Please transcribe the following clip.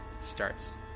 starts